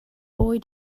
boy